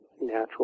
natural